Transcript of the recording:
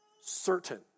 certain